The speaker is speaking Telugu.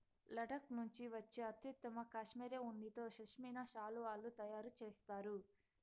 లడఖ్ నుండి వచ్చే అత్యుత్తమ కష్మెరె ఉన్నితో పష్మినా శాలువాలు తయారు చేస్తారు